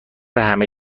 همه